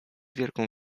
wielką